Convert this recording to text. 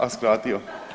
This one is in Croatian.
A skratio!